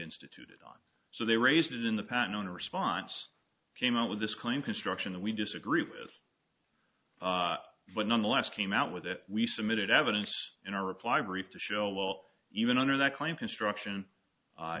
instituted on so they raised it in the patent on a response came out with this claim construction we disagree with but nonetheless came out with it we submitted evidence in our reply brief to show well even under that claim construction